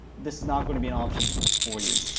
this is not going to be an option for for you.